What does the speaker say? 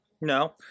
No